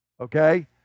okay